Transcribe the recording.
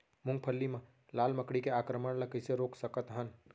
मूंगफली मा लाल मकड़ी के आक्रमण ला कइसे रोक सकत हन?